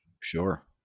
sure